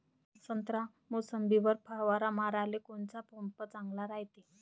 संत्रा, मोसंबीवर फवारा माराले कोनचा पंप चांगला रायते?